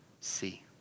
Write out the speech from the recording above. see